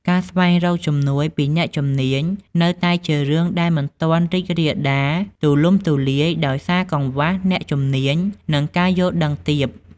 ការស្វែងរកជំនួយពីអ្នកជំនាញនៅតែជារឿងដែលមិនទាន់រីករាលដាលទូលំទូលាយដោយសារកង្វះអ្នកជំនាញនិងការយល់ដឹងទាប។